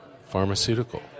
pharmaceutical